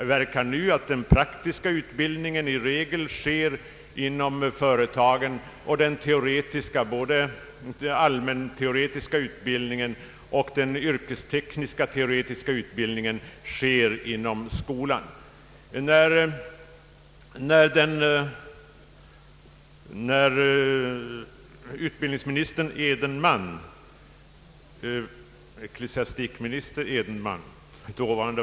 Den praktiska utbildningen sker i regel inom företagen, och den teo retiska — både den allmänteoretiska och den yrkesteoretiska — äger rum inom skolan.